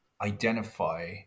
identify